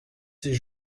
ces